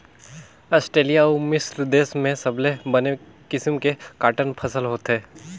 Australia अउ मिस्र देस में सबले बने किसम के कॉटन फसल होथे